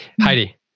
Heidi